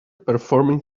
performing